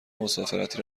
مسافرتی